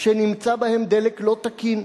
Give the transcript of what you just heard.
שנמצא בהן דלק לא תקין".